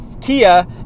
Kia